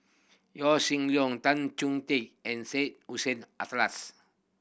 Yaw Shin Leong Tan Choh Tee and Syed Hussein Alatas